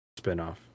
spinoff